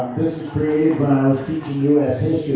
created when i was teaching us